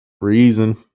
Reason